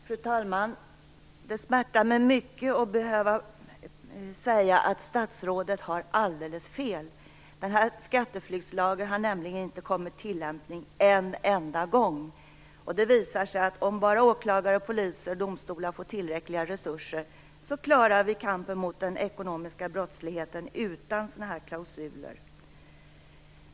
Fru talman! Det smärtar mig mycket att behöva säga att statsrådet har alldeles fel. Skatteflyktslagen har inte tillämpats en enda gång. Om bara åklagare, poliser och domstolar får tillräckliga resurser klarar de kampen mot den ekonomiska brottsligheten utan sådana här klausuler.